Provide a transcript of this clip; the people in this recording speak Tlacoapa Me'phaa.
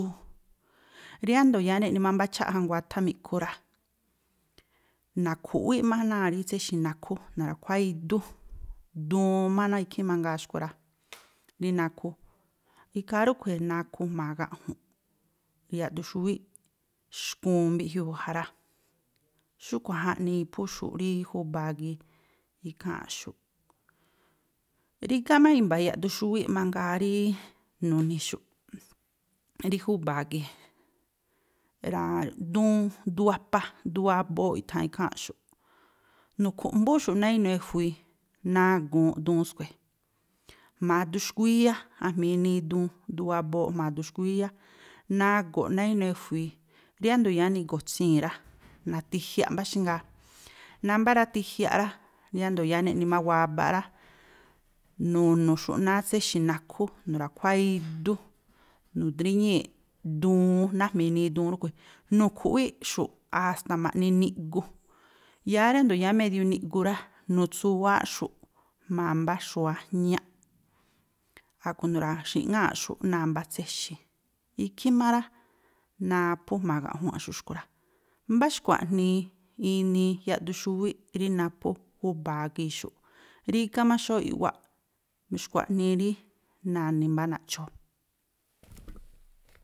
riándo̱ yáá neꞌni má mbá cháꞌja nguáthá mi̱ꞌkhu rá, na̱khu̱ꞌwíꞌ má náa̱ rí tséxi̱ nakhú, na̱ra̱khuáá idú, duun má náa̱ ikhí mangaa xkui̱ rá, rí nakhu. Ikhaa rúꞌkhui̱ nakhu jma̱a gaꞌju̱nꞌ, "yaꞌduun xúwíꞌ xkuun" mbiꞌjiuu ja rá. Xúꞌkhui̱ jaꞌnii iphú xu̱ꞌ rí júba̱a gii̱ ikháa̱nꞌxu̱ꞌ. Rígá má i̱mba̱ yaꞌduxúwíꞌ mangaa rí nu̱ni̱xu̱ꞌ rí júba̱a gii̱, duun, duun wapa, duun wabooꞌ i̱tha̱an ikháa̱nꞌxu̱ꞌ, nu̱khu̱mbúꞌxu̱ꞌ náa̱ inuu e̱jui̱i, nagu̱unꞌ duun skui̱, jma̱a duun xkuíyá, a̱jma̱ inii duun, duun wabooꞌ jma̱a duun xkuíyá. Nagu̱ꞌ náa̱ inuu e̱jui̱i, riájndo̱ yáá nigu̱tsii̱n rá, natijiaꞌ mbáxngaa, námbá ratijiaꞌ rá, yáá riándo̱ yáá neꞌni má wabaꞌ rá, nu̱nu̱xu̱ꞌ náa̱ tséxi̱ nakhú nu̱ra̱khuáá idú, nu̱dríñíi̱ꞌ duun, nájma̱ inii duun rúꞌkhui̱. Nu̱khu̱ꞌwíꞌxu̱ꞌ a̱sta̱ ma̱ꞌni niꞌgu, yáá riándo̱ yáá medio niꞌgu rá, nu̱tsuwááꞌxu̱ꞌ jmba̱a mbá xu̱wa̱jñáꞌ, a̱ꞌkhui̱ nu̱ra̱xi̱ꞌŋáa̱ꞌxu̱ꞌ náa̱ mbá tséxi̱. Ikhí má rá, naphú jma̱a gaꞌjuanꞌxu̱ꞌ xkui̱ rá. Mbá xkua̱ꞌnii inii yaꞌduun xúwíꞌ rí naphú júba̱a gii̱ꞌ xúꞌ. Rígá má xóóꞌ i̱ꞌwáꞌ, xkua̱ꞌnii rí na̱ni̱ mbá naꞌcho̱o̱.